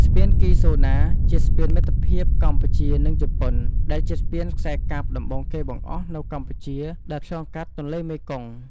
ស្ពានគីហ្សូណា ជាស្ពានមិត្តភាពកម្ពុជានិងជប៉ុន ដែលជាស្ពានខ្សែកាបដំបូងគេបង្អស់នៅកម្ពុជាដែលឆ្លងកាត់ទន្លេមេគង្គ។